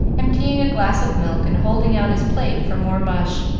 emptying a glass of milk and holding out his plate for more mush,